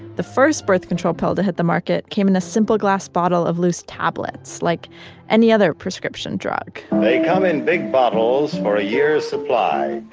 the first birth control pill to hit the market came in a simple glass bottle of loose tablets, like any other prescription drug they come in big bottles for a year's supply,